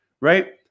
right